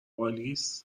آلیس